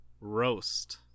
roast